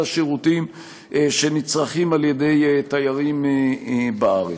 השירותים שנצרכים על-ידי תיירים בארץ.